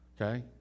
Okay